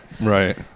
Right